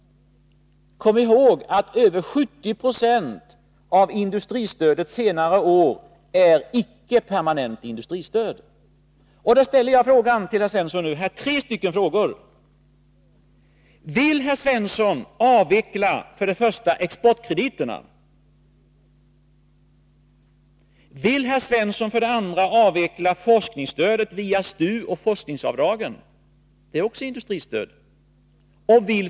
Kom ihåg att över 70 70 av industristödet under senare år är icke permanent. Nu ställer jag tre frågor till herr Svensson: För det första: Vill herr Svensson avveckla exportkrediterna? För det andra: Vill herr Svensson avveckla forskningsstödet via STU och forskningsavdragen? Det är också industristöd.